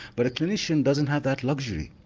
but a clinician doesn't have that luxury,